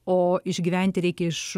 o išgyventi reikia iš